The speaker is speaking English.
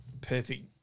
perfect